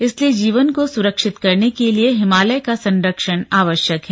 इसलिए जीवन को सुरक्षित करने के लिए हिमालय का संरक्षण आवश्यक है